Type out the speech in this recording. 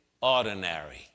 ordinary